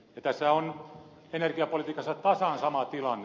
energiapolitiikassa on tasan sama tilanne